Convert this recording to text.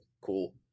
cool